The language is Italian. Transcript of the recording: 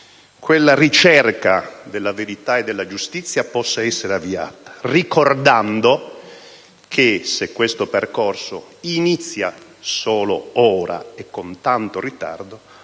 la ricerca della verità e della giustizia possa essere avviata, ricordando che se questo percorso inizia solo ora e con tanto ritardo